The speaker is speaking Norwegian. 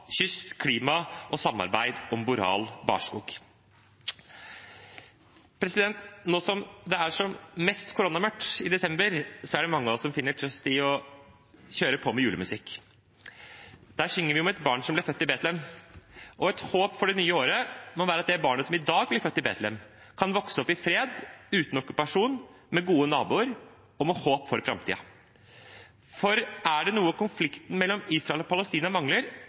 kyst, klima og samarbeid om boreal barskog. Nå som det er som mest koronamørkt, i desember, er det mange av oss som finner trøst i å kjøre på med julemusikk. Der synger vi om et barn som ble født i Betlehem. Et håp for det nye året må være at det barnet som i dag blir født i Betlehem, kan vokse opp i fred, uten okkupasjon, med gode naboer og med håp for framtiden. For er det noe konflikten mellom Israel og Palestina mangler,